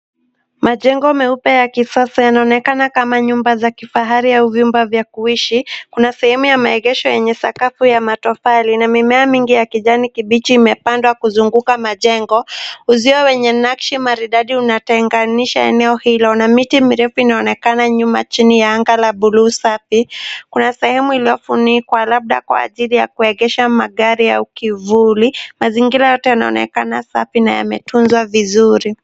Majengo meupe ya kisasa yanaonekana kama nyumba ya kifahari au vyumba vya kuishi. Kuna sehemu ya maegesho yenye sakafu ya matofali na mimea mingi ya kijani kibichi imepandwa kuzunguka majengo. Uzio wenye nakshi maridadi unatenganisha eneo hilo na miti mirefu inaonekana nyuma chini ya anga la buluu safi. Kuna sehemu iliyofunikwa labda kwa ajili ya kuegesha magari au kivuli. Mazingira yote yanaonekana safi na yametunzwa vizuri.